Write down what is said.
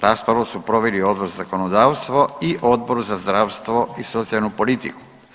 Raspravu su proveli Odbor za zakonodavstvo i Odbor za zdravstvo i socijalnu politiku.